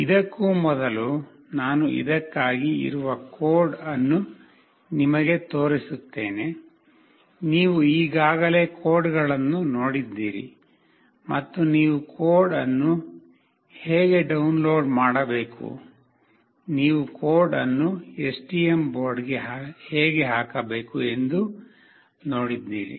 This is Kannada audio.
ಇದಕ್ಕೂ ಮೊದಲು ನಾನು ಇದಕ್ಕಾಗಿ ಇರುವ ಕೋಡ್ ಅನ್ನು ನಿಮಗೆ ತೋರಿಸುತ್ತೇನೆ ನೀವು ಈಗಾಗಲೇ ಕೋಡ್ಗಳನ್ನು ನೋಡಿದ್ದೀರಿ ಮತ್ತು ನೀವು ಕೋಡ್ ಅನ್ನು ಹೇಗೆ ಡೌನ್ಲೋಡ್ ಮಾಡಬೇಕು ನೀವು ಕೋಡ್ ಅನ್ನು STM ಬೋರ್ಡ್ಗೆ ಹೇಗೆ ಹಾಕಬೇಕು ಎಂದೂ ನೋಡಿದ್ದೀರಿ